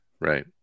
Right